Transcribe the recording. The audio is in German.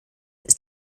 ist